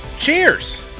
Cheers